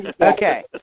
Okay